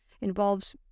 involves